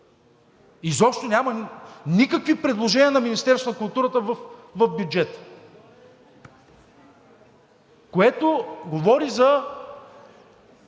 Изобщо няма никакви предложения на Министерството на културата в бюджета, което говори за